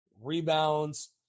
rebounds